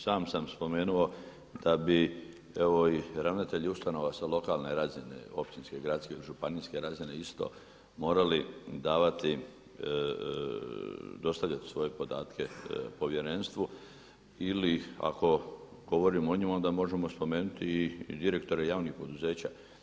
sam sam spomenuo da bi evo i ravnatelj ustanova sa lokalne razine, općinske, gradske i županijske razine isto morali davati, dostavljati svoje podatke povjerenstvu ili ih ako govorimo o njima, onda možemo spomenuti i direktore javnih poduzeća.